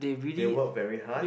they work very hard